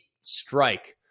strike